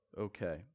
okay